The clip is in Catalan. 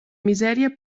misèria